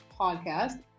podcast